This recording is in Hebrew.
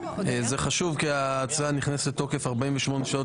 זה חשוב כי ההצעה נכנסת לתוקף 48 שעות